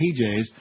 PJs